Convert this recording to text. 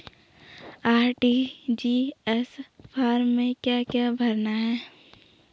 RTGS form में क्या क्या भरना है?